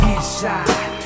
Inside